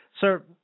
Sir